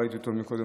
ראיתי אותו קודם,